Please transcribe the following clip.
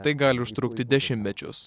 tai gali užtrukti dešimtmečius